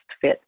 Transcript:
fit